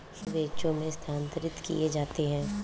fund बैचों में स्थानांतरित किए जाते हैं